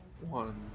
One